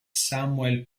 samuel